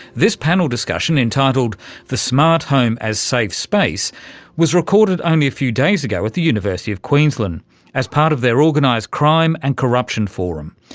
this panel discussion entitled the smart home as safe space was recorded only a few days ago at the university of queensland as part of their organised crime and corruption forum,